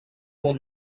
phone